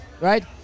right